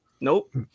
nope